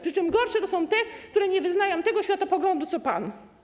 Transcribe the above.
Przy czym gorsze to są te, które nie wyznają tego światopoglądu co pan.